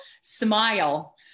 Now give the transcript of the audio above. smile